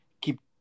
keep